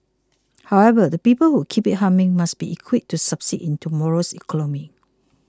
however the people who keep it humming must be equipped to succeed in tomorrow's economy